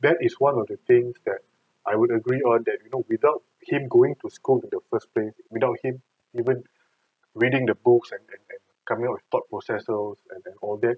that is one of the things that I would agree on that you know without him going to school in the first place without him even reading the books and coming up with thought processes and all that